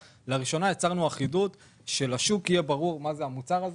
לראשונה יצרנו אחידות כדי שלשוק יהיה ברור מה זה המוצר הזה.